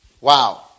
Wow